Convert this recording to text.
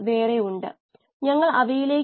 0914 s 1 ആണ്